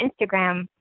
instagram